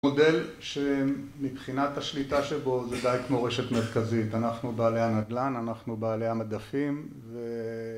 מודל שמבחינת השליטה שבו זה די כמו רשת מרכזית, אנחנו בעלי הנדל"ן, אנחנו בעלי המדפים